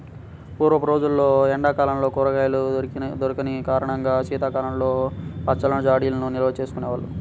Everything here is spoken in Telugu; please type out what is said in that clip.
పూర్వపు రోజుల్లో ఎండా కాలంలో కూరగాయలు దొరికని కారణంగా శీతాకాలంలో పచ్చళ్ళను జాడీల్లో నిల్వచేసుకునే వాళ్ళు